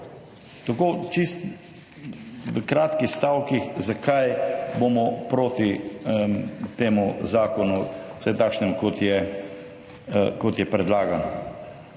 Tako, čisto v kratkih stavkih, zakaj bomo proti temu zakonu, vsaj takšnemu, kot je predlagan.